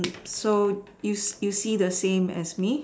so you you see the same as me